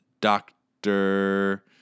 doctor